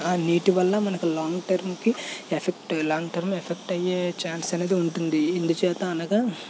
ఆ నీటి వల్ల మనకు లాంగ్ టర్మ్కి లాంగ్ టర్మ్కి ఎఫెక్ట్ అయ్యే ఛాన్స్ అనేది ఉంటుంది ఇందు చేత అనగా